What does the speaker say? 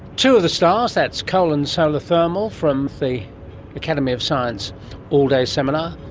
two of the stars, that's coal and solar thermal, from the academy of science all-day seminar.